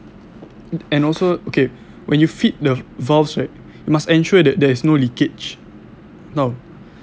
and also okay when you feed the valves right you must ensure that there is no leakage now